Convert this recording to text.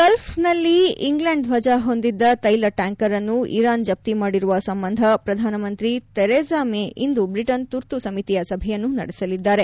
Gulf ನಲ್ಲಿ England ಧ್ವಜ ಹೊಂದಿದ್ದ ತೈಲ ಟ್ಯಾಂಕರ್ ಅನ್ನು ಇರಾನ್ ಜಪ್ತಿ ಮಾಡಿರುವ ಸಂಬಂಧ ಪ್ರಧಾನಮಂತ್ರಿ ಥೆರೆಸಾ ಮೇ ಇಂದು ಬ್ರಿಟನ್ ತುರ್ತು ಸಮಿತಿಯ ಸಭೆಯನ್ನು ನಡೆಸಲಿದ್ದಾರೆ